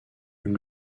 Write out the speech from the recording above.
une